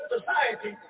society